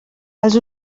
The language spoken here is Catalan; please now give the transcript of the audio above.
els